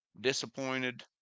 disappointed